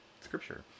scripture